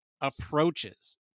approaches